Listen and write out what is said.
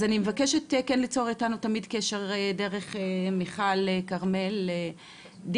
אז אני מבקשת כן ליצור איתנו תמיד קשר דרך מיכל כרמלי דיבנר,